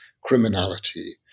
criminality